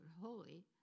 holy